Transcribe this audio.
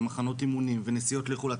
ומחנות אימונים ונסיעות לחו"ל,